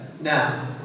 now